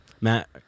Matt